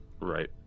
Right